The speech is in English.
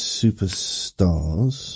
superstars